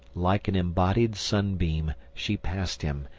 like an embodied sunbeam she passed him,